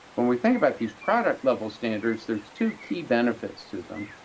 when we think about these product-level standards, there's two key benefits to them.